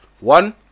One